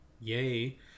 yay